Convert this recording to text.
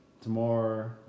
tomorrow